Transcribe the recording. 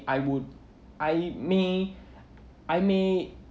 I would I may I may